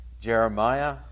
Jeremiah